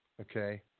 Okay